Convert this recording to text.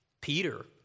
Peter